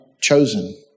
chosen